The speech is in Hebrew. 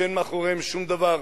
שאין מאחוריהן שום דבר.